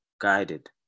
guided